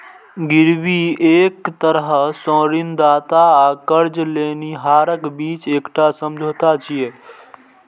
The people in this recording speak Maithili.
गिरवी एक तरह सं ऋणदाता आ कर्ज लेनिहारक बीच एकटा समझौता छियै